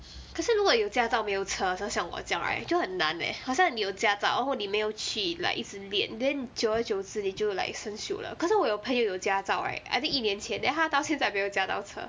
可是如果有驾照没有车就像我这样 right 就很难 leh 好像你有驾照然后你没有一直练 then 久而久之你就 like 生锈 liao 可是我有朋友有驾照 right I think 一年前 then 他到现在没有驾到车